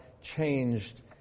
changed